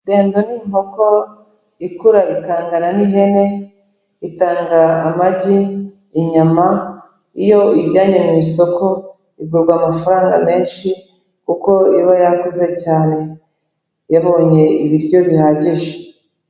Dendo ni inkoko, ikura ikangana n'ihene, itanga amagi, inyama, iyo iyijyanye mu isoko, igurwa amafaranga menshi kuko iba yarakuze cyane, yabonye ibiryo bihagije.